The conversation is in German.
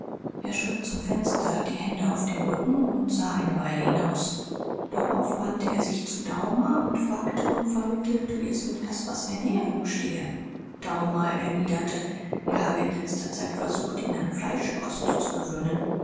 er schritt zum fenster die hände auf dem rücken und sah eine weile hinaus darauf wandte er sich zu daumer und fragte unvermittelt wie es mit caspars ernährung stehe daumer erwiderte er habe in letzter zeit versucht ihn an fleischkost zu gewöhnen